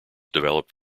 developed